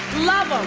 love